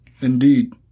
Indeed